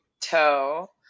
toe